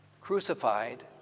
crucified